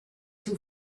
two